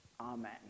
amen